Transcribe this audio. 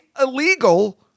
illegal